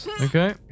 Okay